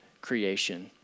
creation